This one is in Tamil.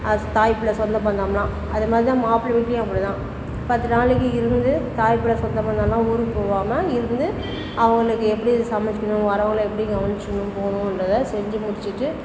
ஸ் தாய்பிள்ளை சொந்தபந்தம்லாம் அதுமாதிரி தான் மாப்பிள்ள வீட்டிலையும் அப்படி தான் பத்து நாளைக்கு இருந்து தாய்பிள்ளை சொந்த பந்தம்லாம் ஊருக்கு போகாம இருந்து அவங்களுக்கு எப்படி சமைக்கணும் வரவங்களை எப்படி கவனிச்சிக்கணும் போகணுன்றத செஞ்சு முடிச்சிட்டு